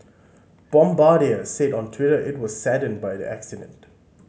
bombardier said on Twitter it was saddened by the accident